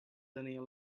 tenia